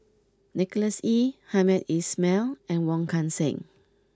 Nicholas Ee Hamed Ismail and Wong Kan Seng